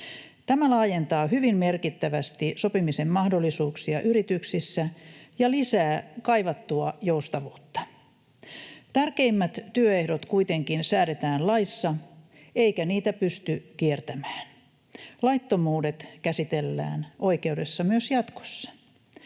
Tämä laajentaa hyvin merkittävästi sopimisen mahdollisuuksia yrityksissä ja lisää kaivattua joustavuutta. Tärkeimmät työehdot kuitenkin säädetään laissa, eikä niitä pysty kiertämään. Laittomuudet käsitellään oikeudessa myös jatkossa,